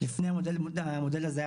לפני המודל הזה,